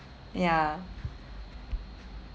ya